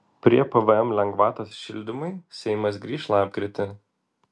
prie pvm lengvatos šildymui seimas grįš lapkritį